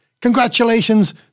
Congratulations